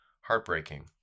heartbreaking